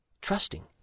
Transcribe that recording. trusting